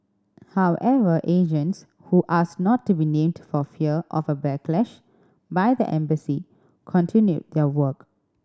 however agents who asked not to be named for fear of a backlash by the embassy continued their work